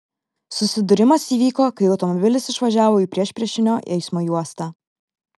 susidūrimas įvyko kai automobilis išvažiavo į priešpriešinio eismo juostą